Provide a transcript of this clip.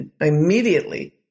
immediately